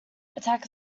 attack